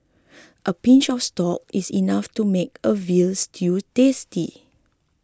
a pinch of store is enough to make a Veal Stew tasty